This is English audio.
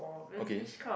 okay